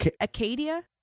Acadia